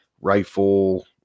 rifle